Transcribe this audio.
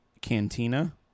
cantina